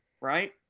Right